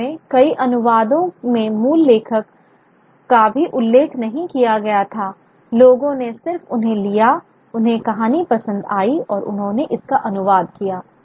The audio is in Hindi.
वास्तव में कई अनुवादों में मूल लेखक का भी उल्लेख नहीं किया गया था लोगों ने सिर्फ उन्हें लिया उन्हें कहानी पसंद आई और उन्होंने इसका अनुवाद किया